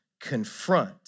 confront